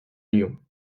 lyon